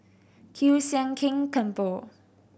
Kiew Sian King Temple